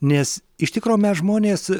nes iš tikro mes žmonės